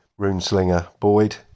Runeslinger-Boyd